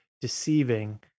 deceiving